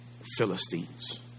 Philistines